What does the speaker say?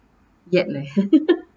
yet leh